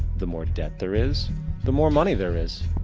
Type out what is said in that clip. the more debt there is the more money there is.